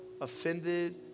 offended